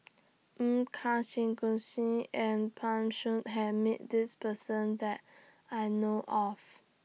Karthigesu and Pan Shou has Met This Person that I know of